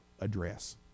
address